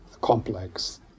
complex